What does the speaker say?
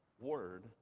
word